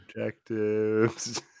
objectives